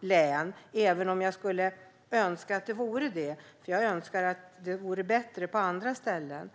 län, även om jag skulle önska att det vore så. Jag önskar att det vore bättre på andra ställen.